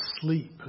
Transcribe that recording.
sleep